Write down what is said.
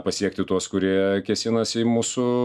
pasiekti tuos kurie kėsinasi į mūsų